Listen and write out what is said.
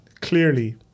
Clearly